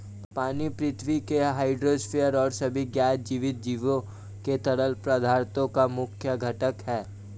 पानी पृथ्वी के हाइड्रोस्फीयर और सभी ज्ञात जीवित जीवों के तरल पदार्थों का मुख्य घटक है